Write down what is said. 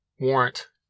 Warrant